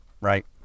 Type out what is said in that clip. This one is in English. Right